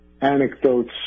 anecdotes